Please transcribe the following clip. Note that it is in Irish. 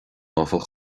áfach